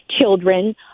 children